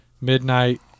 Midnight